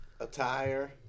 Attire